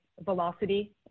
velocity